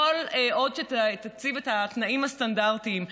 כל עוד תציב את התנאים הסטנדרטים.